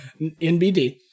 NBD